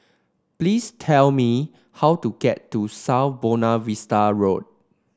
please tell me how to get to South Buona Vista Road